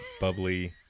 bubbly